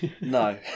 No